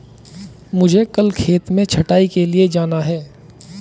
मुझे कल खेत में छटाई के लिए जाना है